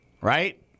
Right